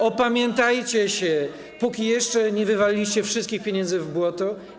Opamiętajcie się, póki jeszcze nie wywaliliście wszystkich pieniędzy w błoto.